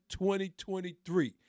2023